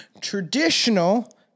traditional